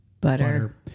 butter